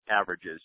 averages